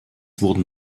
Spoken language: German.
wurden